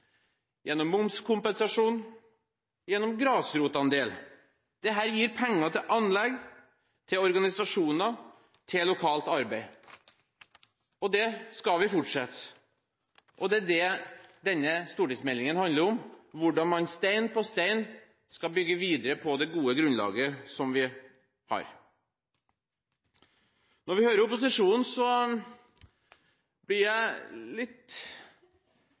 gjennom momskompensasjon, gjennom grasrotandel. Dette gir penger til anlegg, til organisasjoner og til lokalt arbeid. Det skal vi fortsette med. Det er det denne stortingsmeldingen handler om; hvordan man stein på stein skal bygge videre på det gode grunnlaget som vi har. Når vi hører opposisjonen, blir jeg nesten litt